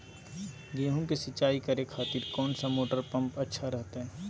गेहूं के सिंचाई करे खातिर कौन सा मोटर पंप अच्छा रहतय?